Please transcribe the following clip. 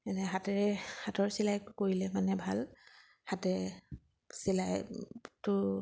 এনে হাতেৰে হাতৰ চিলাই কৰিলে মানে ভাল হাতেৰে চিলাইটো